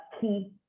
key